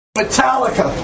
Metallica